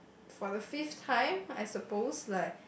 for the fifth time I suppose like